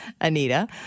Anita